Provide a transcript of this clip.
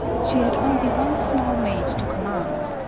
she had only one small maid to command,